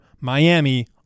Miami